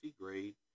grade